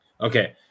okay